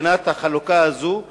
מבחינת החלוקה הזאת,